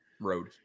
road